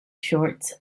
shorts